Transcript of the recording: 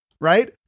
right